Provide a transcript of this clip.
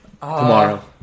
tomorrow